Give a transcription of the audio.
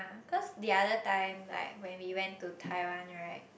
cause the other time like when we went to Taiwan right